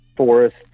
Forest